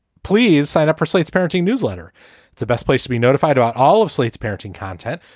please sign up for slate's parenting newsletter. it's the best place to be notified about all of slate's parenting content,